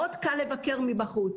מאוד קל לבקר מבחוץ,